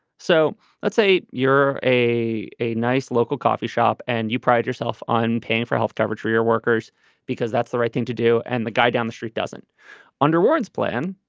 so let's say you're a a nice local coffee shop and you pride yourself on paying for health coverage for your workers because that's the right thing to do. and the guy down the street doesn't under warren's plan.